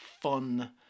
fun